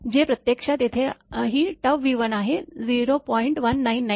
1994 जे प्रत्यक्षात येथे ही V1 आहे 0